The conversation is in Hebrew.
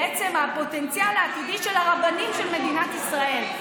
הפוטנציאל העתידי של הרבנים של מדינת ישראל.